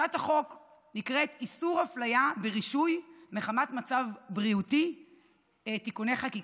הצעת החוק נקראת: איסור הפליה ברישוי מחמת מצב בריאותי (תיקוני חקיקה).